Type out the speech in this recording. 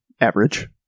Average